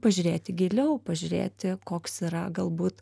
pažiūrėti giliau pažiūrėti koks yra galbūt